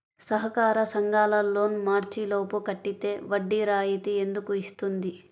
సహకార సంఘాల loan March లోపు కట్టితే వడ్డీ రాయితీ ఎందుకు ఇస్తుంది?